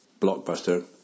blockbuster